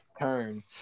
turn